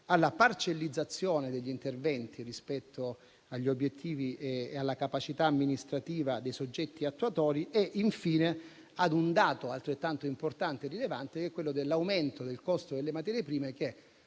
alla parcellizzazione degli interventi rispetto agli obiettivi e alla capacità amministrativa dei soggetti attuatori e, infine, a un dato altrettanto importante e rilevante, l'aumento del costo delle materie prime, che,